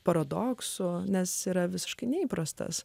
paradoksu nes yra visiškai neįprastas